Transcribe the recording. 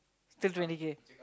still twenty K